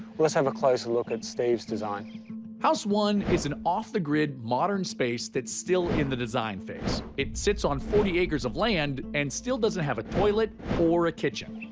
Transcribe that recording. let's have a closer look at steve's design. narrator house one is an off-the-grid, modern space that's still in the design phase. it sits on forty acres of land and still doesn't have a toilet or a kitchen.